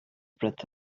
breath